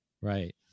Right